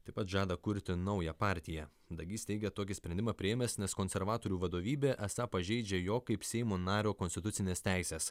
taip pat žada kurti naują partiją dagys teigia tokį sprendimą priėmęs nes konservatorių vadovybė esą pažeidžia jo kaip seimo nario konstitucines teises